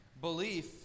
Belief